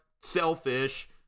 selfish